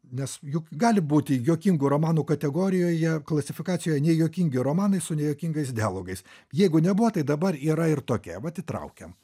nes juk gali būti juokingų romanų kategorijoje klasifikacijoje nejuokingi romanai su nejuokingais dialogais jeigu nebuvo tai dabar yra ir tokia vat įtraukiam